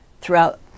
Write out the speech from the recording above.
throughout